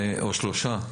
או שלושה,